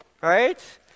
Right